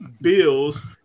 Bills